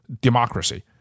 democracy